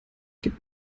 geht